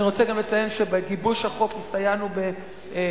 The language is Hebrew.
אני רוצה גם לציין שבגיבוש החוק הסתייענו בגוף